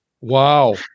Wow